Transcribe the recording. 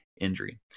injury